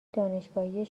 دانشگاهی